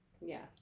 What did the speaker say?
Yes